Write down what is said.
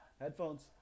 Headphones